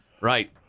Right